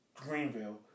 Greenville